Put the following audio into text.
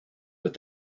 with